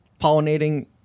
pollinating